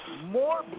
More